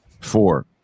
four